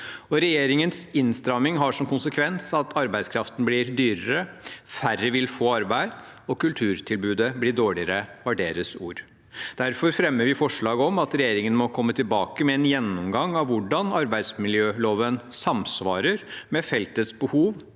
Regjeringens innstramming har som konsekvens at arbeidskraften blir dyrere, færre vil få arbeid og kulturtilbudet blir dårligere – det var deres ord. Derfor fremmer vi forslag om at regjeringen må komme tilbake med en gjennomgang av hvordan arbeidsmiljøloven samsvarer med feltets behov,